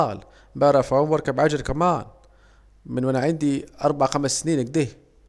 أمال، بعرف اعوم واركب عجلة كمان، من وانا عندي اربع خمس سنين اكده